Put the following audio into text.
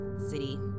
city